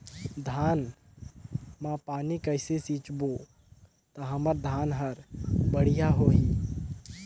धान मा पानी कइसे सिंचबो ता हमर धन हर बढ़िया होही?